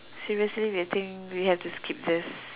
seriously I think we have to skip this